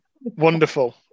Wonderful